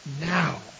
Now